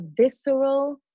visceral